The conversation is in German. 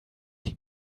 die